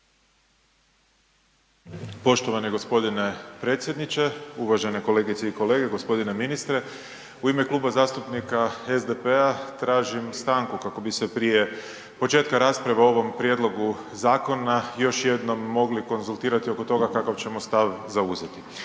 Poštovani gospodine predsjedniče, uvažene kolegice i kolege, gospodine ministre. U ime Kluba zastupnika SDP-a tražim stanku kako bi se prije početka rasprave o ovom prijedlogu zakona još jednom mogli konzultirati oko toga kakav ćemo stav zauzeti.